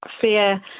fear